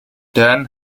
tuin